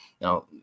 Now